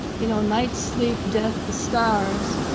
you know, night, sleep, death, the stars.